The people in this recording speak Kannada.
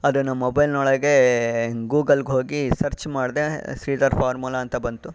ಅದನ್ನು ಮೊಬೈಲ್ನೊಳಗೆ ಗೂಗಲ್ಗೆ ಹೋಗಿ ಸರ್ಚ್ ಮಾಡಿದೆ ಸೀ ದಾಟ್ ಫಾರ್ಮುಲಾ ಅಂತ ಬಂತು